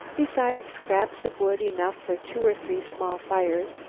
besides scraps of wood enough for two or three small fires,